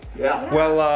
yeah. where's